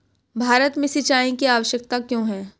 भारत में सिंचाई की आवश्यकता क्यों है?